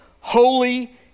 holy